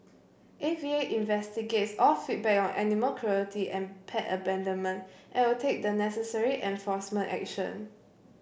A V A investigates all feedback on animal cruelty and pet abandonment and will take the necessary enforcement action